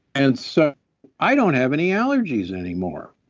and so i don't have any allergies anymore.